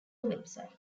website